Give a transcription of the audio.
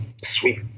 Sweet